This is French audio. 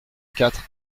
quatre